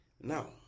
Now